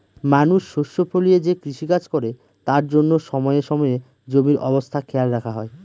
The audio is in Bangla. মানুষ শস্য ফলিয়ে যে কৃষিকাজ করে তার জন্য সময়ে সময়ে জমির অবস্থা খেয়াল রাখা হয়